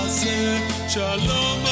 shalom